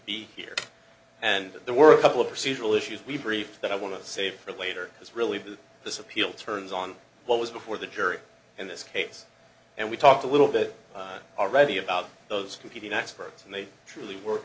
be here and that there were a couple of procedural issues we briefed that i want to save for later it's really that this appeal turns on what was before the jury in this case and we talked a little bit already about those competing experts and they truly were